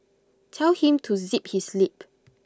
tell him to zip his lip